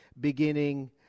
beginning